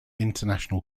international